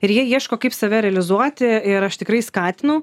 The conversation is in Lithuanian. ir jie ieško kaip save realizuoti ir aš tikrai skatinau